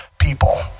People